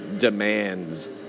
demands